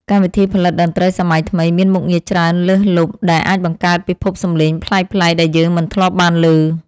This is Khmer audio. កម្មវិធីផលិតតន្ត្រីសម័យថ្មីមានមុខងារច្រើនលើសលប់ដែលអាចបង្កើតពិភពសំឡេងប្លែកៗដែលយើងមិនធ្លាប់បានឮ។